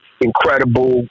incredible